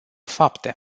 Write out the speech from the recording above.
fapte